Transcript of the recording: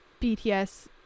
BTS